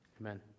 Amen